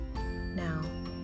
now